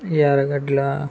యారగడ్ల